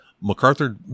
MacArthur